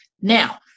Now